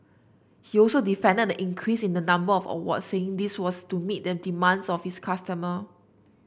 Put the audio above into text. he also defended the increase in the number of awards saying this was to meet the demands of his customer